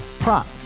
Prop